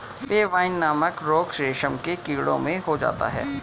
pebrine नामक रोग रेशम के कीड़ों में हो जाता है